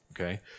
okay